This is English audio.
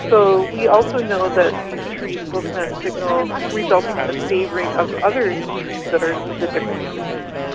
so we also know that these trees will send signals resulting in the favouring of other trees that are of a different species.